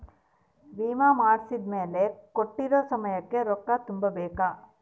ವಿಮೆ ಮಾಡ್ಸಿದ್ಮೆಲೆ ಕೋಟ್ಟಿರೊ ಸಮಯಕ್ ರೊಕ್ಕ ತುಂಬ ಬೇಕ್